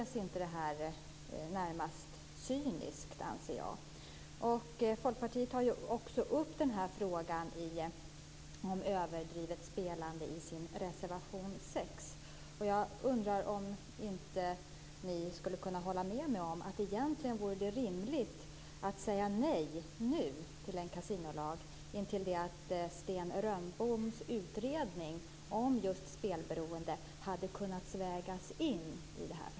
Det är närmast cyniskt, anser jag. Folkpartiet tar upp frågan om överdrivet spelande i sin reservation 6. Jag undrar om inte ni skulle kunna hålla med mig om att det egentligen vore rimligt att säga nej nu till en kasinolag in till det att Sten Rönnbergs utredning om just spelberoende hade kunnat vägas in i förslaget.